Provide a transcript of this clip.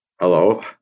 Hello